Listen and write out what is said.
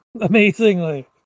Amazingly